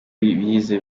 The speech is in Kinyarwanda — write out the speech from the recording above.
bije